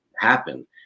happen